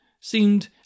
seemed